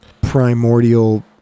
primordial